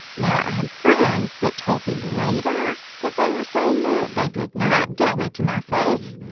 now, i had friends that told me later that they were saying that. they did not tell me to my face.